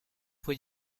fue